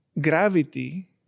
gravity